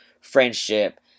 friendship